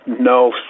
no